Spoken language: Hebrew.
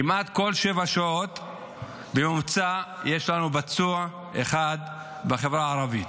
כמעט כל שבע שעות בממוצע יש לנו פצוע אחד בחברה הערבית.